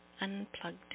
Unplugged